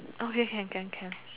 okay okay okay can can